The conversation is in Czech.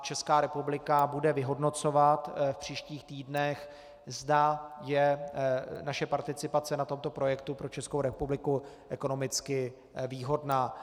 Česká republika bude vyhodnocovat v příštích týdnech, zda je naše participace na tomto projektu pro Českou republiku ekonomicky výhodná.